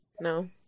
No